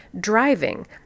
driving